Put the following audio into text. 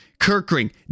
Kirkring